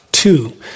Two